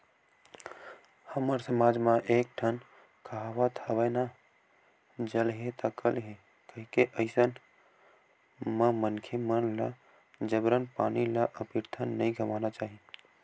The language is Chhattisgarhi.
हमर समाज म एक ठन कहावत हवय ना जल हे ता कल हे कहिके अइसन म मनखे मन ल जबरन पानी ल अबिरथा नइ गवाना चाही